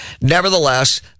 Nevertheless